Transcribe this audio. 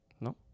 No